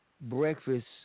breakfast